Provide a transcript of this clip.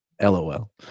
LOL